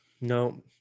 no